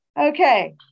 Okay